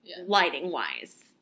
lighting-wise